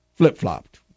Flip-flopped